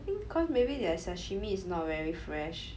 I think because maybe their sashimi is not very fresh